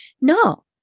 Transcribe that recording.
no